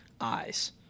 eyes